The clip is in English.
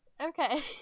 Okay